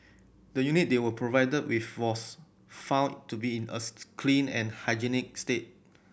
the unit they were provided with was found to be in a clean and hygienic state